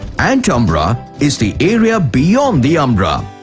antumbra is the area beyond the umbra.